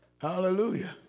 Hallelujah